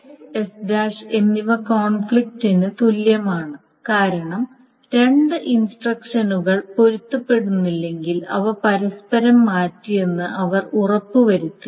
S S' എന്നിവ കോൺഫ്ലിക്റ്റിന് തുല്യമാണ് കാരണം രണ്ട് ഇൻസ്ട്രക്ഷനുകൾ പൊരുത്തപ്പെടുന്നില്ലെങ്കിൽ അവ പരസ്പരം മാറ്റിയെന്ന് അവർ ഉറപ്പുവരുത്തി